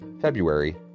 February